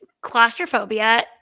claustrophobia